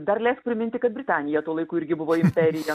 dar leisk priminti kad britanija tuo laiku irgi buvo imperija